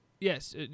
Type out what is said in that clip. yes